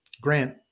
Grant